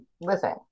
listen